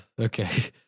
Okay